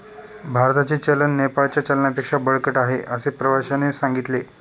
भारताचे चलन नेपाळच्या चलनापेक्षा बळकट आहे, असे प्रवाश्याने सांगितले